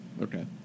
Okay